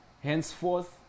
Henceforth